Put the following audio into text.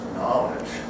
knowledge